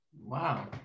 Wow